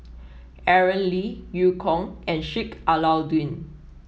Aaron Lee Eu Kong and Sheik Alau'ddin